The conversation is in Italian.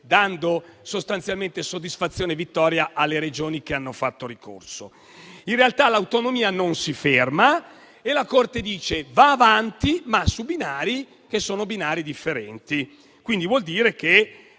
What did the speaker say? dando sostanzialmente soddisfazione e vittoria alle Regioni che hanno fatto ricorso. In realtà l'autonomia non si ferma e la Corte dice che va avanti, ma su binari che sono differenti. Quindi vuol dire che